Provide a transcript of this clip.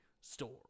store